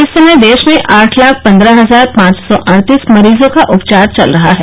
इस समय देश में आठ लाख पन्द्रह हजार पांच सौ अड्तीस मरीजों का उपचार चल रहा है